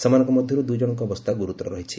ସେମାନଙ୍କ ମଧ୍ଧରୁ ଦୁଇଜଣଙ୍କ ଅବସ୍ଥା ଗୁରୁତର ରହିଛି